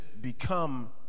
become